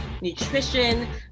nutrition